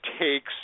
takes